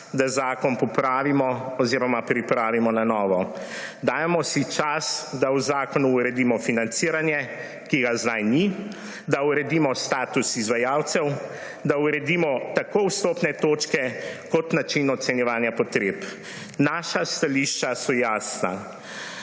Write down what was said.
da zakon popravimo oziroma pripravimo na novo. Dajemo si čas, da v zakonu uredimo financiranje, ki ga zdaj ni, da uredimo status izvajalcev, da uredimo tako vstopne točke kot način ocenjevanja potreb. Naša stališča so jasna.